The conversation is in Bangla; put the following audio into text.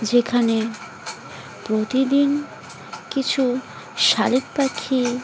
যেখানে প্রতিদিন কিছু শালিক পাখি